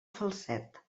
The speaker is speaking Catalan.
falset